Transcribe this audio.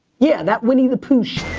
yeah, that winnie the pooh